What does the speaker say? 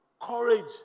Courage